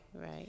Right